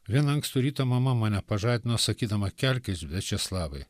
vieną ankstų rytą mama mane pažadino sakydama kelkis viačeslavai